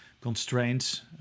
constraints